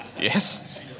Yes